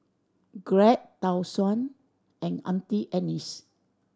Glad Tai Sun and Auntie Anne's